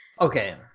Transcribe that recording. Okay